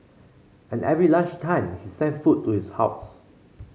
and every lunch time he sent food to his house